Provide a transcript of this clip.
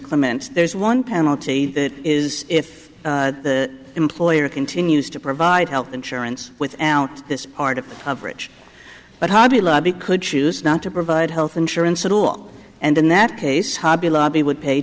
clement there's one penalty that is if the employer continues to provide health insurance without this art of a bridge but hobby lobby could choose not to provide health insurance at all and in that case hobby lobby would pay